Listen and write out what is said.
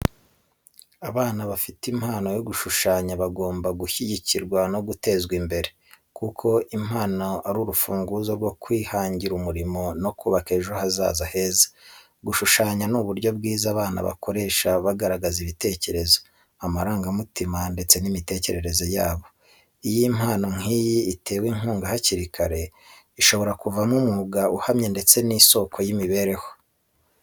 Abana bafite impano yo gushushanya bagomba gushyigikirwa no gutezwa imbere, kuko impano ari urufunguzo rwo kwihangira umurimo no kubaka ejo hazaza heza. Gushushanya ni uburyo bwiza abana bakoresha bagaragaza ibitekerezo, amarangamutima ndetse n’imitekerereze yabo. Iyo impano nk’iyi itewe inkunga hakiri kare, ishobora kuvamo umwuga uhamye ndetse n’isoko y’imibereho.